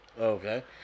Okay